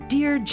Dear